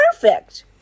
perfect